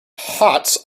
hats